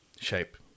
shape